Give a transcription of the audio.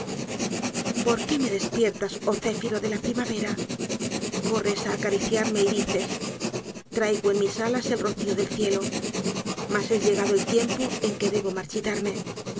por qué me despiertas oh céfiro de la primavera corres á acariciarme y dices traigo en mis alas el rocío del cielo mas es llegado el tiempo en que debo marchitarme